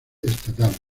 estatal